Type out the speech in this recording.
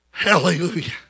Hallelujah